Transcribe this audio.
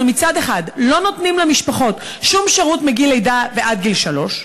מצד אחד אנחנו לא נותנים למשפחות שום שירות מגיל לידה עד גיל שלוש,